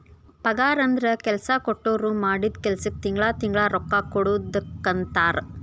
ಪಗಾರಂದ್ರ ಕೆಲ್ಸಾ ಕೊಟ್ಟೋರ್ ಮಾಡಿದ್ ಕೆಲ್ಸಕ್ಕ ತಿಂಗಳಾ ತಿಂಗಳಾ ರೊಕ್ಕಾ ಕೊಡುದಕ್ಕಂತಾರ